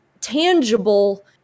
tangible